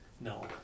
No